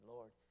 Lord